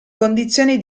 condizioni